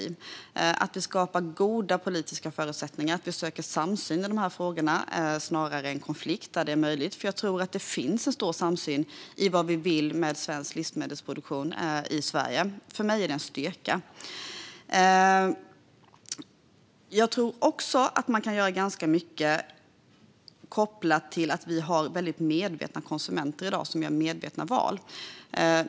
Det är viktigt att vi skapar goda politiska förutsättningar och där det är möjligt söker samsyn i de här frågorna snarare än konflikt, för jag tror att det finns en stor samsyn om vad vi vill med svensk livsmedelsproduktion i Sverige. För mig är det en styrka. Jag tror också att man kan göra ganska mycket kopplat till att vi i dag har väldigt medvetna konsumenter som gör medvetna val.